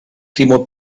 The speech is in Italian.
primo